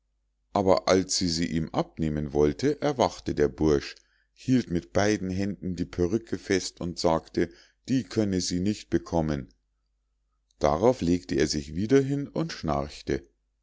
aber als sie sie ihm abnehmen wollte erwachte der bursch hielt mit beiden händen die perrücke fest und sagte die könne sie nicht bekommen darauf legte er sich wieder hin und schnarchte